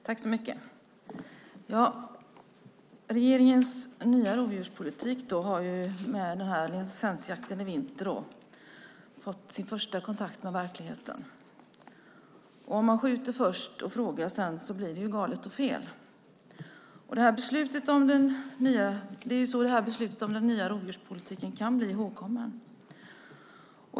Fru talman! Regeringens nya rovdjurspolitik har med licensjakten i vinter fått sin första kontakt med verkligheten. Om man skjuter först och frågar sedan blir det galet och fel. Det är så beslutet om den nya rovdjurspolitiken kan bli ihågkommet.